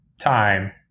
time